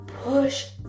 push